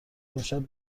امشب